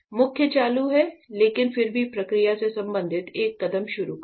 मुख्य चालू है लेकिन फिर भी प्रक्रिया से संबंधित एक कदम शुरू करें